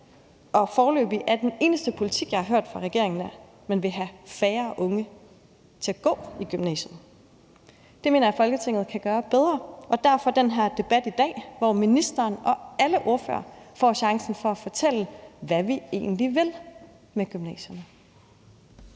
og foreløbig er den eneste politik, jeg har hørt fra regeringen, at man vil have færre unge til at gå i gymnasiet. Det mener jeg Folketinget kan gøre bedre, og derfor har vi den her debat i dag, hvor ministeren og alle ordførere får chancen for at fortælle, hvad vi egentlig vil med gymnasierne.